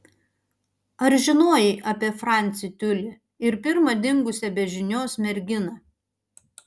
ar žinojai apie francį tiulį ir pirmą dingusią be žinios merginą